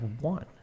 one